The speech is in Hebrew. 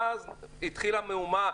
ואז התחילה מהומה,